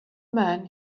man